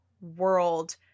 world